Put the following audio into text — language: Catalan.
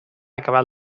acabat